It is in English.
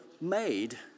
made